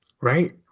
Right